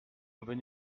mauvais